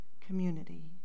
community